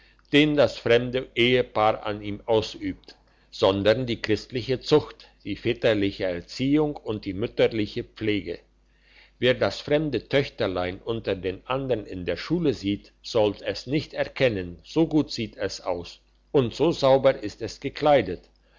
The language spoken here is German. den das fromme ehepaar an ihm ausübt sondern die christliche zucht die väterliche erziehung und die mütterliche pflege wer das fremde töchterlein unter den andern in der schule sieht sollt es nicht erkennen so gut sieht es aus und so sauber ist es gekleidet